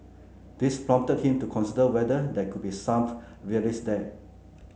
this prompted him to consider whether there could be some relics there